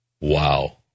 wow